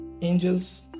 Angels